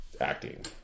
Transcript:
acting